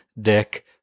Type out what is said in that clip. dick